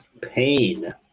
Pain